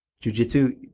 Jiu-Jitsu